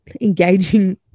engaging